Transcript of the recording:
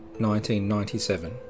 1997